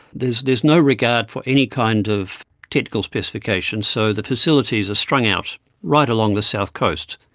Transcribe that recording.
there's there's no regard for any kind of technical specification, so the facilities are strung out right along the south coast.